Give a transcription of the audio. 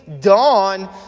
dawn